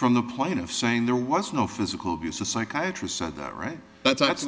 from the point of saying there was no physical abuse or psychiatry said that right but that's